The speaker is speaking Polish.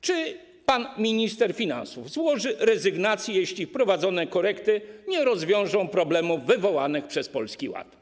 Czy pan minister finansów złoży rezygnację, jeśli wprowadzone korekty nie rozwiążą problemów wywołanych przez Polski Ład?